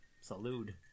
Salute